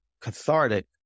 cathartic